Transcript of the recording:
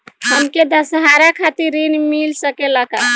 हमके दशहारा खातिर ऋण मिल सकेला का?